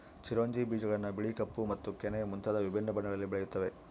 ಚಿರೊಂಜಿ ಬೀಜಗಳನ್ನು ಬಿಳಿ ಕಪ್ಪು ಮತ್ತು ಕೆನೆ ಮುಂತಾದ ವಿಭಿನ್ನ ಬಣ್ಣಗಳಲ್ಲಿ ಬೆಳೆಯುತ್ತವೆ